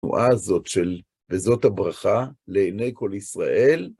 תנועה הזאת, וזאת הברכה לעיני כל ישראל.